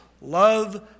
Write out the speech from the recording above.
Love